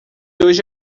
hoje